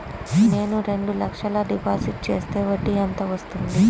నేను రెండు లక్షల డిపాజిట్ చేస్తే వడ్డీ ఎంత వస్తుంది?